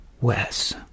Wes